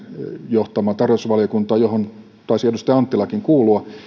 johtama tarkastusvaliokunta johon taisi edustaja anttilakin kuulua